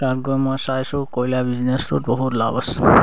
তাত গৈ মই চাইছোঁ কয়লা বিজনেচটোত বহুত লাভ আছে